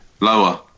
Lower